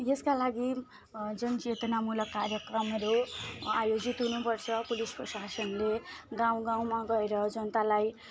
यसका लागि जन चेतनामूलक कार्यक्रमहरू आयोजित हुनुपर्छ पुलिस प्रशासनले गाउँ गाउँमा गएर जनतालाई